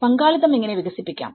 പങ്കാളിത്തം എങ്ങനെ വികസിപ്പിക്കാം